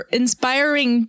inspiring